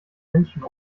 menschen